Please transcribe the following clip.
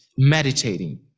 meditating